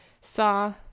saw